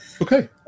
Okay